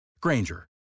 Granger